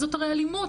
זו הרי אלימות,